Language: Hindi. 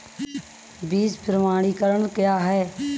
बीज प्रमाणीकरण क्या है?